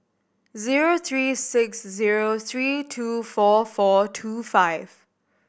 zero three six zero three two four four two five